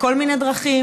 בכל מיני דרכים,